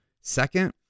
Second